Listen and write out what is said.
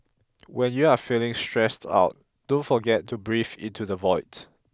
when you are feeling stressed out don't forget to breathe into the void